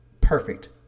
perfect